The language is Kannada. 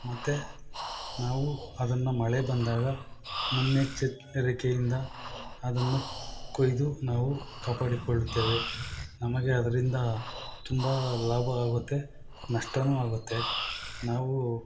ಮತ್ತು ನಾವು ಅದನ್ನು ಮಳೆ ಬಂದಾಗ ಮುನ್ನೆಚ್ಚರಿಕೆಯಿಂದ ಅದನ್ನು ಕೊಯ್ದು ನಾವು ಕಾಪಾಡಿಕೊಳ್ಳುತ್ತೇವೆ ನಮಗೆ ಅದರಿಂದ ತುಂಬ ಲಾಭ ಆಗುತ್ತೆ ನಷ್ಟವೂ ಆಗುತ್ತೆ ನಾವು